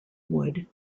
wood